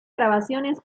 grabaciones